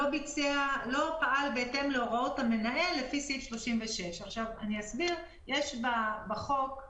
לא פעל בהתאם להוראות המנהל לפי סעיף 36. יש בחוק את